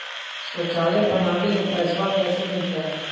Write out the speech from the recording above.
शौचालय बनावे ले पैसबा कैसे मिलते?